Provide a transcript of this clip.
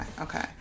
Okay